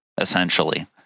essentially